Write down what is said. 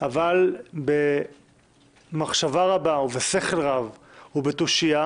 אבל במחשבה רבה ובשכל רב ובתושייה